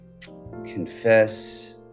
confess